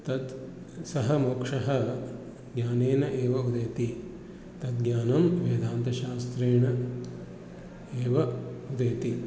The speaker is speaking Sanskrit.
तत् सः मोक्षः ज्ञानेन एव उदेति तद् ज्ञानं वेदान्तशास्त्रेण एव उदेति